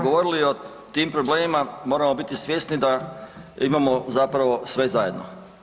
govorili o tim problemima, moramo biti svjesni da imamo zapravo sve zajedno.